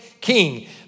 king